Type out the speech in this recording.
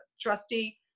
trustee